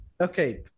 okay